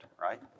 Right